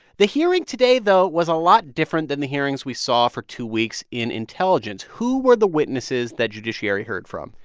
the hearing today, though, was a lot different than the hearings we saw for two weeks in intelligence. who were the witnesses the judiciary heard from?